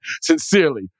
Sincerely